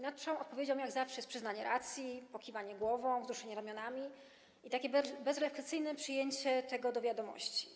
Naszą odpowiedzią jak zawsze jest przyznanie racji, pokiwanie głową, wzruszenie ramionami i takie bezrefleksyjne przyjęcie tego do wiadomości.